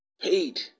paid